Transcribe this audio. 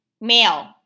male